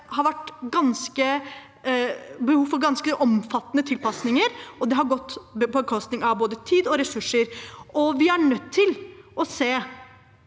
Det har vært behov for ganske omfattende tilpasninger, og det har gått på bekostning av både tid og ressurser. Vi er nødt til å få